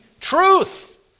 truth